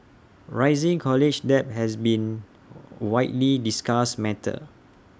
rising college debt has been widely discussed matter